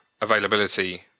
availability